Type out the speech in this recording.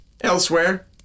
Elsewhere